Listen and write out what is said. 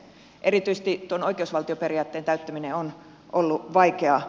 erityisesti tuon oikeusvaltioperiaatteen täyttäminen on ollut vaikeaa